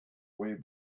way